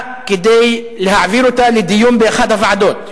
כדי להעביר אותה לדיון באחת הוועדות,